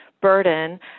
burden